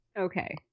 Okay